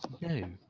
No